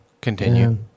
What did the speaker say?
Continue